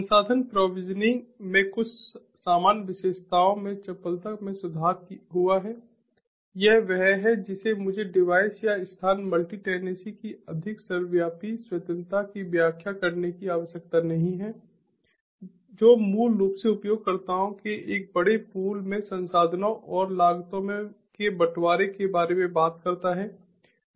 संसाधन प्रोविजनिंग में कुछ सामान्य विशेषताओं में चपलता में सुधार हुआ है यह वह है जिसे मुझे डिवाइस या स्थान मल्टी टेनेंसी की अधिक सर्वव्यापी स्वतंत्रता की व्याख्या करने की आवश्यकता नहीं है जो मूल रूप से उपयोगकर्ताओं के एक बड़े पूल में संसाधनों और लागतों के बंटवारे के बारे में बात करता है